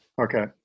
Okay